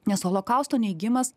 nes holokausto neigimas